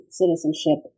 citizenship